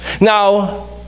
now